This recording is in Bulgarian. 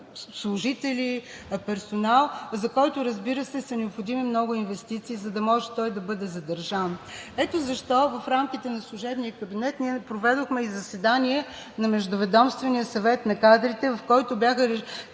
служители, персонал, за който, разбира се, са необходими много инвестиции, за да може той да бъде задържан. Ето защо в рамките на служебния кабинет ние проведохме и заседание на Междуведомствения съвет на кадрите, в който бяха